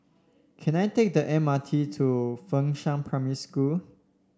can I take the M R T to Fengshan Primary School